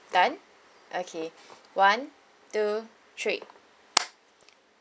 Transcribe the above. done okay one two three